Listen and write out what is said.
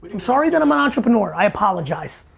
i'm sorry that i'm an entrepreneur, i apologize.